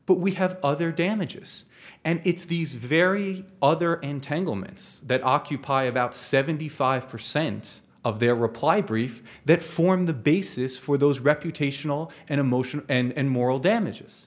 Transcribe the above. but we have other damages and it's these very other entanglements that occupy about seventy five percent of their reply brief that form the basis for those reputational and emotion and moral damages